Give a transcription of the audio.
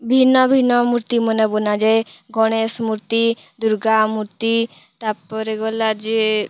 ଭିନ୍ନ ଭିନ୍ନ ମୂର୍ତ୍ତି ମାନେ ବନାଯାଏ ଗଣେଶ ମୂର୍ତ୍ତି ଦୁର୍ଗା ମୂର୍ତ୍ତି ତା'ପରେ ଗଲା ଯେ